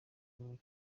buri